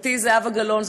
חברתי זהבה גלאון,